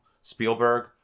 Spielberg